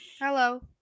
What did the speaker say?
Hello